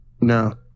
No